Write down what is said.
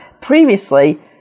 previously